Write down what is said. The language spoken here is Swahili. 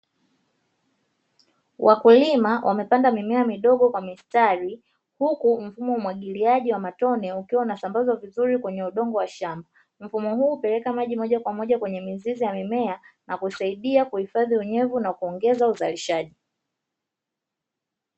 Wakulima wamepanda mimea midogo kwa mistari, huku mfumo wa umwagiliaji wa matone ukiwa unasambaza vizuri kwenye udongo wa shamba. Mfumo huu hupeleka maji moja kwa moja kwenye mizizi ya mimea na kusaidia kuhifadhi unyevu na kuongeza uzalishaji.